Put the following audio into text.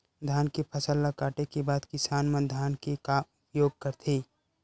धान के फसल ला काटे के बाद किसान मन धान के का उपयोग करथे?